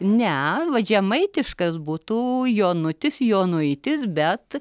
ne vat žemaitiškas būtų jonutis jonuitis bet